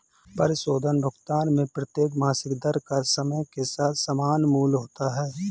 परिशोधन भुगतान में प्रत्येक मासिक दर का समय के साथ समान मूल्य होता है